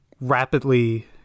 rapidly